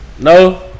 No